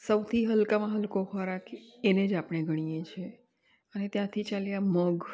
સૌથી હલકામાં હલકો ખોરાક એને જ આપણે ગણીએ છીએ અને ત્યાંથી ચાલ્યા મગ